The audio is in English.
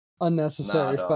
unnecessary